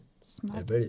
Smart